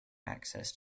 access